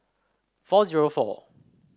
four zero four